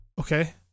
Okay